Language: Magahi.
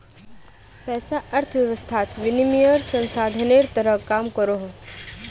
पैसा अर्थवैवस्थात विनिमयेर साधानेर तरह काम करोहो